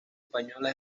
española